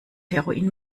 heroin